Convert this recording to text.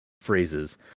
phrases